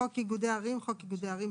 ״חוק איגודי ערים״ - חוק איגודי ערים,